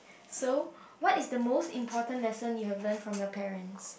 so what is the most important lesson you have learnt from your parents